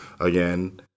again